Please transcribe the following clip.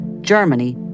Germany